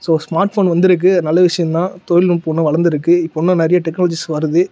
so smart phone வந்துருக்குது அது நல்ல விஷயம் தான் தொழில்நுட்பம் இன்னும் வளந்துருக்குது இப்போ இன்னும் நிறைய டெக்னாலஜிஸ் வருது